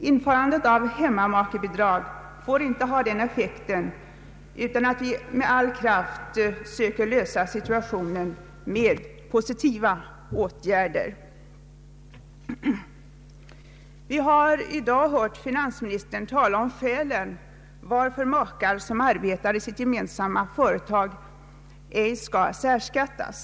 Införandet av hemmamakebidrag får alltså inte ha den effekten att vi inte med all kraft också söker lösa problemen i samhället med mera positiva åtgärder. Vi har i dag hört finansministern tala om skälen till att två makar som arbetar i sitt gemensamma företag inte skall särbeskattas.